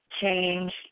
change